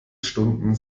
stunden